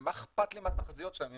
מה אכפת לי מהתחזיות שלהם,